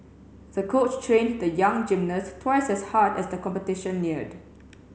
the coach trained the young gymnast twice as hard as the competition neared